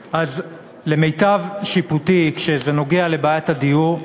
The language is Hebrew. למיטב שיפוטי, כשזה נוגע לבעיית הדיור,